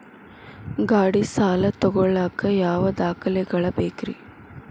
ಗಾಡಿ ಸಾಲ ತಗೋಳಾಕ ಯಾವ ದಾಖಲೆಗಳ ಬೇಕ್ರಿ?